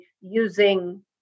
using